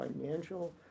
financial